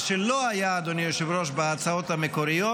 מה שלא היה, אדוני היושב-ראש, בהצעות המקוריות,